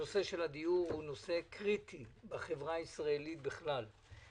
נושא הדיור הוא נושא קריטי בחברה הישראלית בכלל,